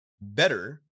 better